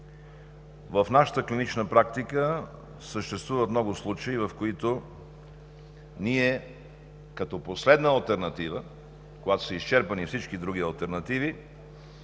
В нашата клинична практика съществуват много случаи, в които ние като последна алтернатива, когато са изчерпани всички други алтернативи,